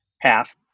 half